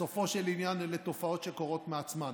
בסופו של עניין אלה תופעות שקורות מעצמן.